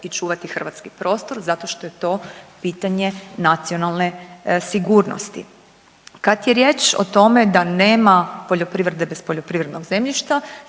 i čuvati hrvatski prostor zato što je to pitanje nacionalne sigurnosti. Kad je riječ o tome da nema poljoprivrede bez poljoprivrednog zemljišta